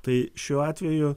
tai šiuo atveju